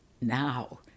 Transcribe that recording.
Now